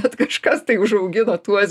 kad kažkas tai užaugino tuos